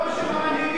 לא בשם המנהיגים.